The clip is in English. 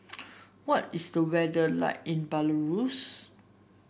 what is the weather like in Belarus